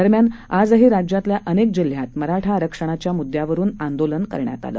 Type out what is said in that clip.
दरम्यान आजही राज्यातल्या अनेक जिल्ह्यात मराठा आरक्षणाच्या मुद्द्यावरुन आंदोलनं करण्यात आली